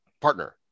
partner